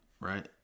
right